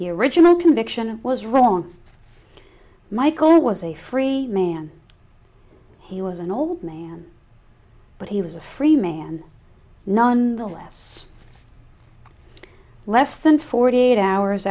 the original conviction was wrong michael was a free man he was an old man but he was a free man none the less less than forty eight hours